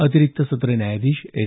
अतिरिक्त सत्र न्यायाधीश एस